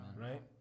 Right